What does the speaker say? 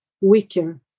weaker